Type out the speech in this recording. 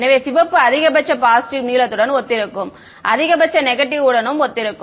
எனவே சிவப்பு அதிகபட்ச பாசிட்டிவ் நீலத்துடன் ஒத்திருக்கும் அதிகபட்ச நெகட்டிவ் உடனும் ஒத்திருக்கும்